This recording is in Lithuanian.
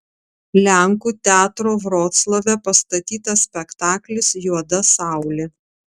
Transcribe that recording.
lenkų teatro vroclave pastatytas spektaklis juoda saulė